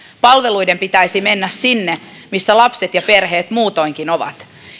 palveluiden pitäisi mennä sinne missä lapset ja perheet muutoinkin ovat